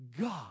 God